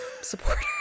Supporter